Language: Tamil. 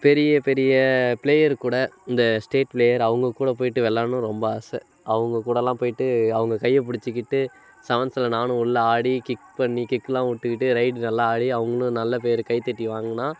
பெரிய பெரிய பிளேயரு கூட இந்த ஸ்டேட் பிளேயர் அவங்க கூட போய்ட்டு விளாட்ணுன்னு ரொம்ப ஆசை அவங்க கூடலாம் போய்ட்டு அவங்க கையை பிடிச்சிக்கிட்டு செவன்ஸில் நானும் உள்ளே ஆடி கிக் பண்ணி கிக்லாம் விட்டுக்கிட்டு ரெய்டு நல்லா ஆடி அவங்களும் நல்ல பேர் கைத்தட்டி வாங்கினா